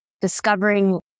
discovering